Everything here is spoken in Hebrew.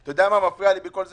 אתה יודע מה מפריע לי בכל זה?